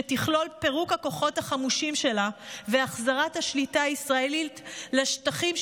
שתכלול פירוק הכוחות החמושים שלה והחזרת השליטה הישראלית לשטחים,